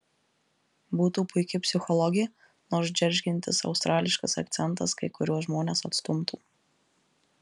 būtų puiki psichologė nors džeržgiantis australiškas akcentas kai kuriuos žmones atstumtų